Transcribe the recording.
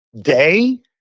day